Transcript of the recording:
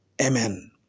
Amen